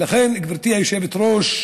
ולכן, גברתי היושבת-ראש,